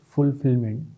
Fulfillment